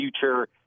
future